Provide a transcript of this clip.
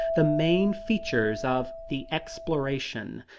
the main features of the exploration.